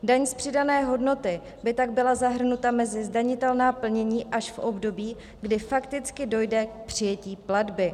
Daň z přidané hodnoty by tak byla zahrnuta mezi zdanitelná plnění až v období, kdy fakticky dojde k přijetí platby.